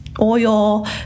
oil